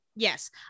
Yes